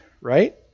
right